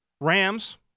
Rams